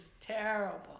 terrible